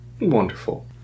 Wonderful